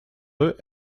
eux